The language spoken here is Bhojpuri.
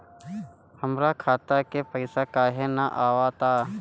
हमरा खाता में पइसा काहे ना आव ता?